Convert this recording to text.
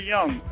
Young